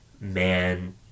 man